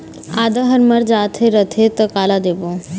आदा हर मर जाथे रथे त काला देबो?